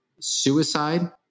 suicide